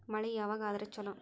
ಮಳಿ ಯಾವಾಗ ಆದರೆ ಛಲೋ?